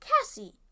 Cassie